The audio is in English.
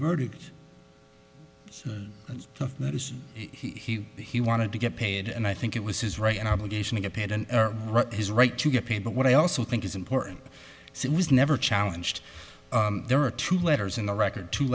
verdict that is he he wanted to get paid and i think it was his right and obligation to get paid and his right to get paid but what i also think is important is it was never challenged there are two letters in the record to